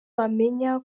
wamenya